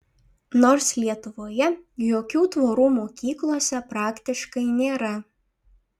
nors lietuvoje jokių tvorų mokyklose praktiškai nėra